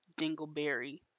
dingleberry